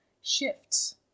shifts